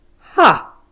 Ha